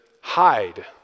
hide